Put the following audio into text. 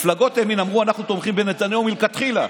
מפלגות הימין אמרו: אנחנו תומכים בנתניהו מלכתחילה,